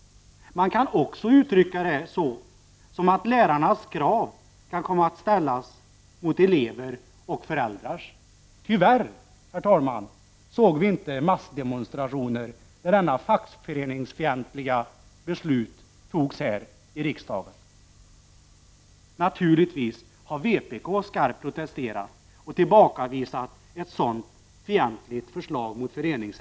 Man kan också uttrycka det så, att lärarnas krav kan komma att ställas mot elevers och föräldrars. Tyvärr, herr talman, såg vi inte massdemonstrationer när detta fackföreningsfientliga beslut fattades här i riksdagen. Naturligtvis har vpk skarpt protesterat och tillbakavisat ett sådant mot föreningsrätten fientligt förslag.